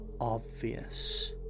obvious